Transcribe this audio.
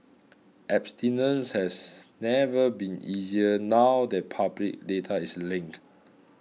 abstinence has never been easier now that public data is linked